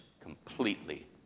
completely